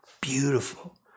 beautiful